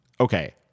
okay